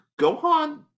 Gohan